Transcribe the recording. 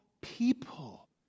people